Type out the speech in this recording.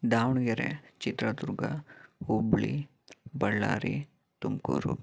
Davangere Chitradurga Hubballi Ballari Tumakuru